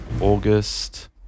August